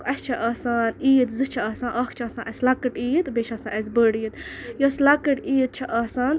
اَسہِ چھِ آسان عیٖد زٕ چھِ آسان اَکھ چھِ آسان اَسہِ لۄکٕٹ عیٖد بیٚیہِ چھِ آسان اَسہِ بٔڑ عیٖد یۄس لۄکٕٹ عیٖد چھِ آسان